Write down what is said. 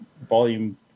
volume